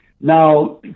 Now